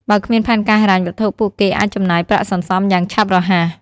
បើគ្មានផែនការហិរញ្ញវត្ថុ ពួកគេអាចចំណាយប្រាក់សន្សំយ៉ាងឆាប់រហ័ស។